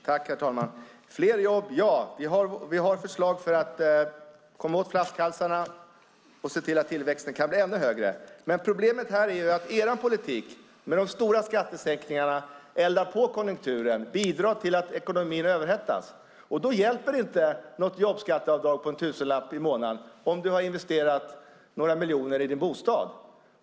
Herr talman! Fler jobb - ja, vi har förslag för att komma åt flaskhalsarna och se till att tillväxten kan bli ännu högre. Men problemet är att er politik med de stora skattesänkningarna eldar på konjunkturen och bidrar till att ekonomin överhettas. Ett jobbskatteavdrag på en tusenlapp i månaden hjälper inte om du har investerat några miljoner i din bostad.